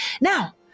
Now